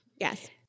Yes